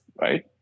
Right